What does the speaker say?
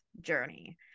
journey